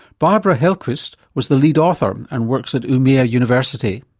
barbro hellquist was the lead author and works at umea university.